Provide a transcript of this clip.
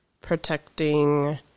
protecting